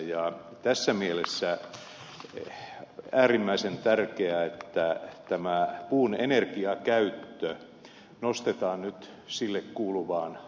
tässä mielessä on äärimmäisen tärkeää että tämä puun energiakäyttö nostetaan nyt sille kuuluvaan arvoon